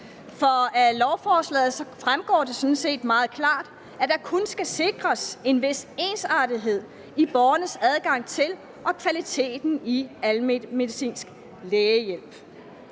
For af lovforslaget fremgår det sådan set meget klart, at der kun skal sikres en vis ensartethed i borgernes adgang til og kvaliteten af almen medicinsk lægehjælp.